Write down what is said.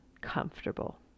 comfortable